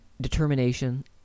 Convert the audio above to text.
determination